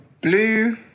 blue